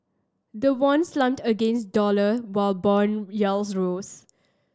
the won slumped against the dollar while bond yields rose